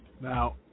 Now